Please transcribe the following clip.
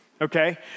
okay